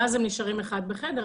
ואז הם נשארים אחד בחדר,